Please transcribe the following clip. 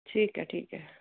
ਠੀਕ ਹੈ ਠੀਕ ਹੈ